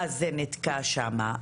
ואז זה נתקע שם,